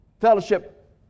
fellowship